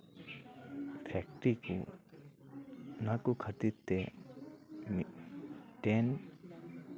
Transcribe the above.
factory ᱠᱚ ᱚᱱᱟ ᱠᱚ ᱠᱷᱟᱹᱛᱤᱨ ᱛᱮ ᱢᱤᱫ ᱴᱮᱱ